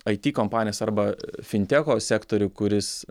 it kompanijas arba fintecho sektorių kuris